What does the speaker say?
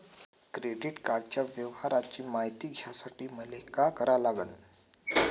Credit कार्डाच्या व्यवहाराची मायती घ्यासाठी मले का करा लागन?